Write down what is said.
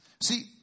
See